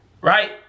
Right